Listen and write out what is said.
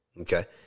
Okay